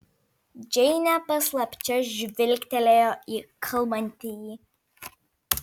džeinė paslapčia žvilgtelėjo į kalbantįjį